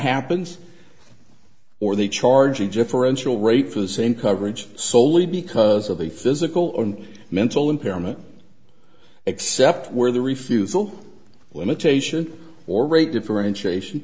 happens or the charging jeff or ensure rate for the same coverage soley because of a physical or mental impairment except where the refusal limitation or rate differentiation